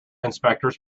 inspectors